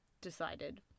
decided